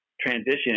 transition